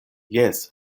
jes